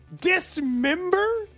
Dismember